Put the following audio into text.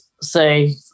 say